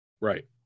right